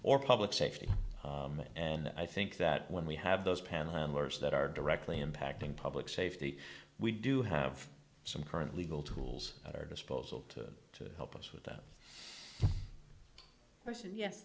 or public safety and i think that when we have those panhandlers that are directly impacting public safety we do have some current legal tools at our disposal to help us with that yes and yes